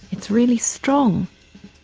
it's really strong.